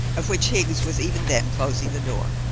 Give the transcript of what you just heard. of which higgs was even then closing the door.